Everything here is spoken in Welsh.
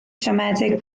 siomedig